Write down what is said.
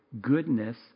goodness